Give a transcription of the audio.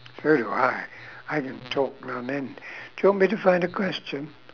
so do I I don't talk now do you want me to find a question